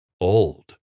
old